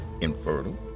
infertile